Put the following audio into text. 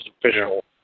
official